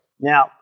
Now